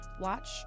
Watch